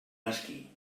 mesquí